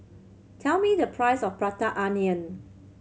tell me the price of Prata Onion